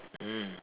mm